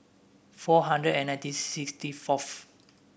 four hundred and ninety sixty fourth